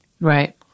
Right